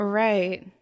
right